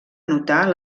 notar